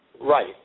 Right